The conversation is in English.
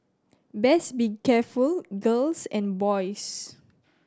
best be careful girls and boys